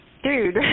Dude